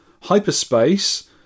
Hyperspace